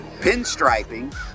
pinstriping